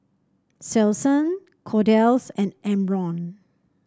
Selsun Kordel's and Omron